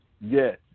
Yes